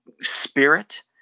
spirit